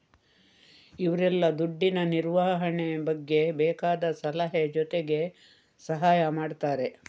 ಇವ್ರೆಲ್ಲ ದುಡ್ಡಿನ ನಿರ್ವಹಣೆ ಬಗ್ಗೆ ಬೇಕಾದ ಸಲಹೆ ಜೊತೆಗೆ ಸಹಾಯ ಮಾಡ್ತಾರೆ